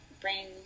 Brain